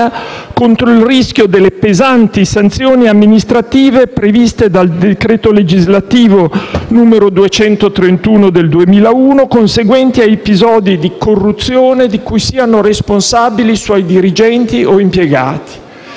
contro il rischio delle pesanti sanzioni amministrative previste dal decreto legislativo n. 231 del 2001 conseguenti a episodi di corruzione di cui siano responsabili suoi dirigenti o impiegati.